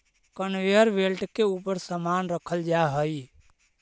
conveyor belt के ऊपर समान रखल जा हई